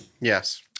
Yes